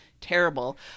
terrible